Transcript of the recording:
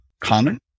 common